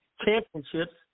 championships